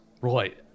Right